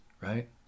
right